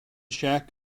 shack